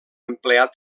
empleat